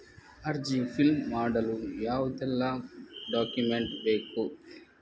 ಅರ್ಜಿ ಫಿಲ್ ಮಾಡಲು ಯಾವುದೆಲ್ಲ ಡಾಕ್ಯುಮೆಂಟ್ ಬೇಕು?